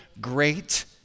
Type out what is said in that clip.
great